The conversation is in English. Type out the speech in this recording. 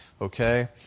Okay